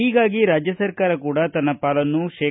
ಹೀಗಾಗಿ ರಾಜ್ಯ ಸರ್ಕಾರ ಕೂಡಾ ತನ್ನ ಪಾಲನ್ನು ಶೇ